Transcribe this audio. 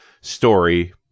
story